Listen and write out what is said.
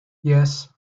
yes